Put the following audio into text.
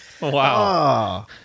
Wow